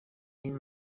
این